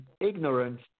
Ignorance